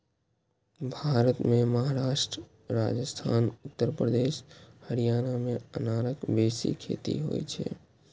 भारत मे महाराष्ट्र, राजस्थान, उत्तर प्रदेश, हरियाणा मे अनारक बेसी खेती होइ छै